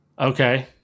Okay